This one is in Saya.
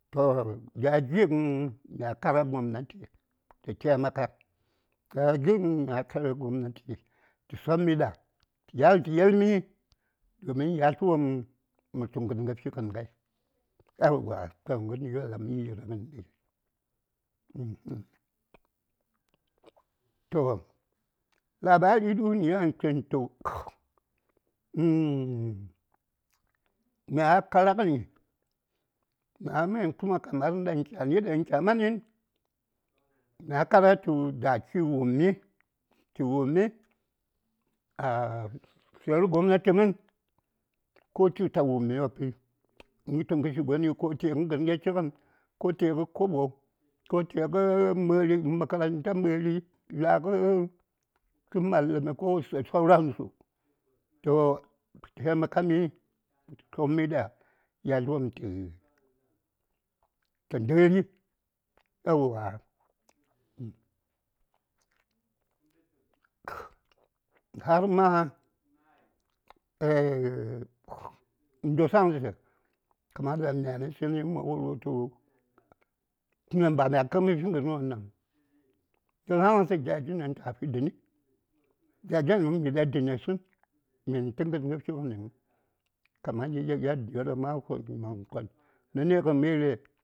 ﻿To gya gi ŋən mya kara gobnati tə taimaka gya gi ŋən mya kara gobnati tə sommiɗa tə yal tə yelmi domin yatlwopm mə tu ŋən fiŋən ŋai yauwa toh ŋəryo ɗaŋ mə yir kəndi, toh labari du:n yan chin tu, mya kara ŋəni mya ŋa:l kuma kamar ɗan kyani ɗan kya manən mya kara tu da chi wummi tə wummi a tlə:r gobnati mən ko chik ta wummi wopi mə tu ŋəshi gonni ko teŋə ŋənŋə chiŋən ko teŋə kobo, ko teŋə məri makaranta məri la:ŋə malamai ko da sauransu tə taimakami tə sammiɗa yatl wopm tə ndəri yauwa har ma ndwasaŋsə kamar ɗaŋ myani tsən ma wultu tunɗaŋ ba mya kəm mə fi ŋənwon ɗaŋ toh mya wultu gya gi ɗaŋ ta fi dəni gya gyo ɗaŋ chiɗa dənesən chitə ŋənŋə fiŋəniŋ kamar yadioɗaŋ ma kon məman konɗa nə nu: ŋən.